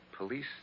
police